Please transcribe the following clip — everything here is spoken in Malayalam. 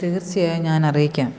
തീർച്ചയായും ഞാൻ അറിയിക്കാം